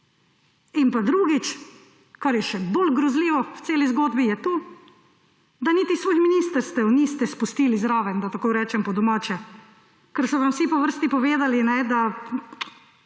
In drugič, kar je še bolj grozljivo v celi zgodbi, je to, da niti svojih ministrstev niste spustili zraven, da tako rečem po domače. Ker so vam vsi po vrsti povedali, da